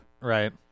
Right